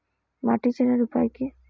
মাটি চেনার উপায় কি?